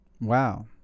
wow